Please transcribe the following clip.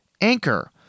Anchor